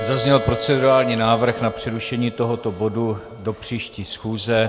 Zazněl procedurální návrh na přerušení tohoto bodu do příští schůze.